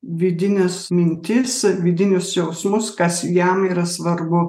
vidines mintis vidinius jausmus kas jam yra svarbu